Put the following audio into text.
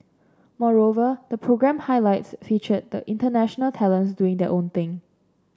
moreover the programme highlights featured the international talents doing their own thing